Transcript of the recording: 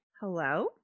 Hello